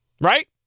Right